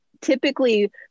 typically